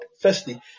Firstly